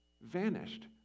vanished